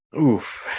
oof